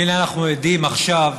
והינה אנחנו נמצאים עכשיו